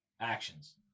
actions